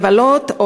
לבלות,